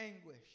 anguish